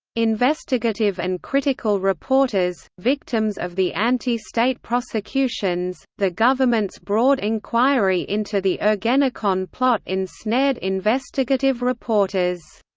investigative and critical reporters victims of the anti-state prosecutions the government's broad inquiry into the ergenekon plot ensnared investigative reporters.